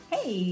Hey